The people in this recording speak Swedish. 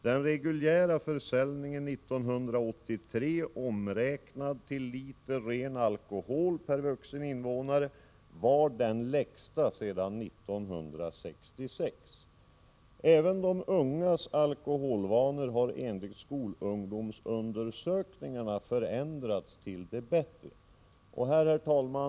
Den reguljära försäljningen 1983 omräknad till liter ren alkohol per vuxen invånare var den lägsta sedan 1966. Även de ungas alkoholvanor har enligt skolungdomsundersökningarna förändrats till det bättre.” Herr talman!